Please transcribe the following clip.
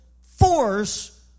force